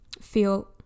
feel